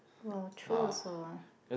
!wah! true also ah